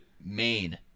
Maine